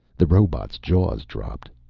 the robot's jaw dropped.